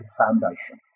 foundation